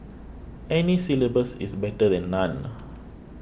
any syllabus is better than none